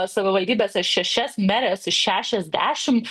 savivaldybėse šešias meres iš šešiasdešim